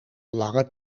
lange